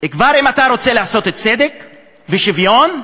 אתה כבר רוצה לעשות צדק ושוויון,